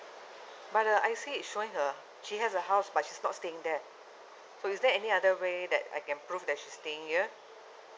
but her I_C is showing her she has a house but she's not staying there so is there any other way that I can prove that she's staying here